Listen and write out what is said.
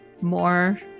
more